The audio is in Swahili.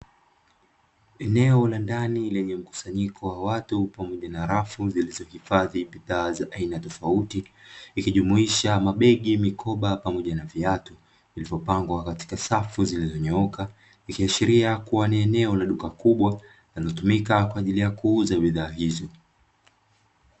Eneo la ndani lenye mkusanyiko wa watu pamoja na rafu zilizohifadhi bidhaa za aina tofauti ikijumuisha mabegi, mikoba pamoja na viatu vilivyopangwa katika safu zilizonyooka, ikishiria kuwa ni eneo la duka kubwa linazotumika kwa ajili ya kuuza bidhaa hizo.